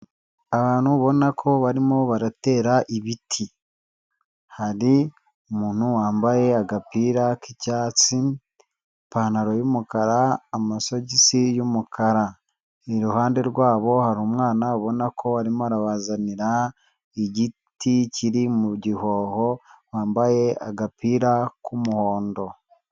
Abantu babona ko barimo baratera ibiti, hari umuntu wambaye agapira k'icyatsi, ipantaro y'umukara amasogisi y'umukara, iruhande rwabo hari umwana ubona ko arimo arabazanira, igiti kiri mu gihoho, wambaye agapira k'umuhondo.